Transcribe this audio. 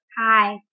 Hi